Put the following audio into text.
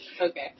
Okay